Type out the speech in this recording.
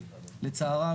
לצערם,